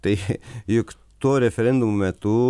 tai juk to referendumo metu